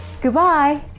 Goodbye